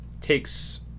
takes